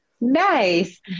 Nice